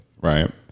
Right